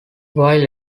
while